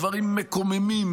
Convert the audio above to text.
דברים מקוממים,